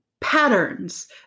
patterns